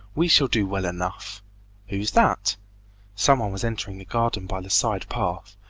we shall do well enough who's that someone was entering the garden by the side path.